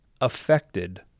affected